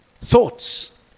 thoughts